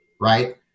right